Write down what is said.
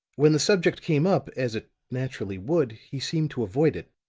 when the subject came up, as it naturally would, he seemed to avoid it.